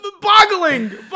Boggling